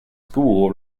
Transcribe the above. school